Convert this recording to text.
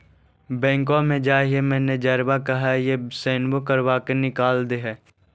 बैंकवा मे जाहिऐ मैनेजरवा कहहिऐ सैनवो करवा के निकाल देहै?